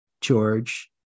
George